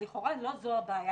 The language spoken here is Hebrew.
אז לכאורה לא זו הבעיה,